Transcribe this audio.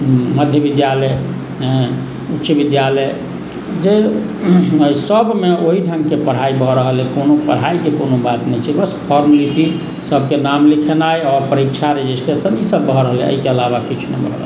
मध्य विद्यालय उच्च विद्यालय जे सभमे वही ढङ्गके पढ़ाइ भऽ रहल अइ कोनो पढ़ाइके कोनो बात नहि छै बस फॉर्मेलिटी सभके नाम लिखेनाइ आओर परीक्षा रजिस्ट्रेशन ईसभ भऽ रहलैए एहिके अलावा किछु नहि भऽ रहलैए